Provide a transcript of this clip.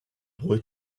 boy